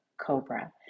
cobra